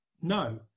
No